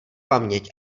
paměť